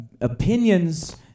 Opinions